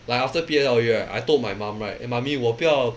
like after P_S_L_E right I told my mum right eh mummy 我不要